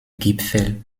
gipfel